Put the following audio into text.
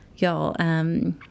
Y'all